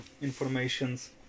informations